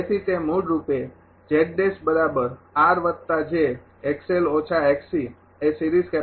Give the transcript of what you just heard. તેથી તે મૂળરૂપે એ સિરીઝ કેપેસિટરનું રિએકટન્સ છે